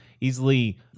easily